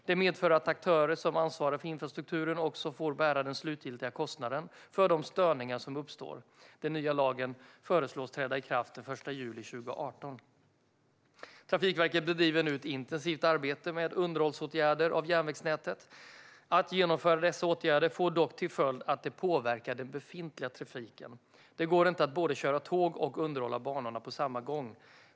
Det medför att aktörer som ansvarar för infrastrukturen också får bära den slutliga kostnaden för de störningar som uppstår. Den nya lagen föreslås träda i kraft den 1 juli 2018. Trafikverket bedriver nu ett intensivt arbete med underhållsåtgärder av järnvägsnätet. Att vidta dessa åtgärder får dock till följd att det påverkar den befintliga trafiken. Det går inte att både köra tåg och underhålla banorna på samma gång.